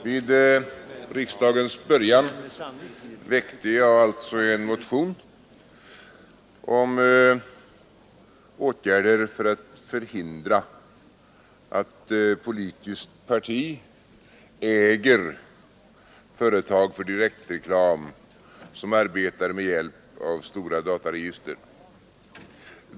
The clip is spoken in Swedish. Herr talman! Vid riksdagens början väckte jag en motion om åtgärder för att förhindra att politiskt parti äger företag för direktreklam som arbetar med hjälp av dataregister.